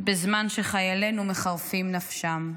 בזמן שחיילינו מחרפים נפשם,